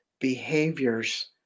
behaviors